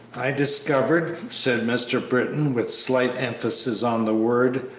i discovered, said mr. britton, with slight emphasis on the word,